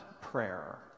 prayer